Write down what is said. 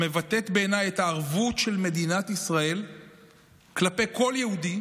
המבטאת בעיניי את הערבות של מדינת ישראל כלפי כל יהודי